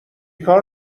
کار